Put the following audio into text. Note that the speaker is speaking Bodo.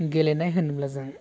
गेलेनाय होनोब्ला जों